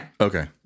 Okay